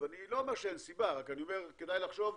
אני לא אומר שאין סיבה, רק אני אומר כדאי לחשוב,